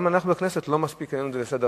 גם אנחנו בכנסת לא העלינו את זה מספיק לסדר-היום,